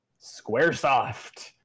Squaresoft